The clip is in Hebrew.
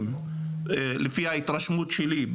מחליטים לפי ההתרשמות שלי,